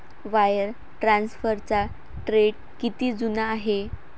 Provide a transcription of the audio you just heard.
Wire ट्रान्सफरचा trend किती जुना आहे?